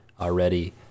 already